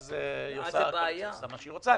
ואז היא עושה מה שהיא רוצה.